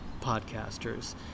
podcasters